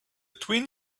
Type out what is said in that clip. twin